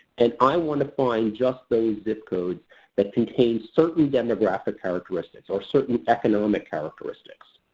and i want to find just those zip codes that contain certain demographic characteristics, or certain economic characteristics.